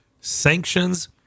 sanctions